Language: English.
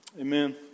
Amen